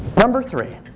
number three